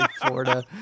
Florida